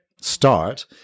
start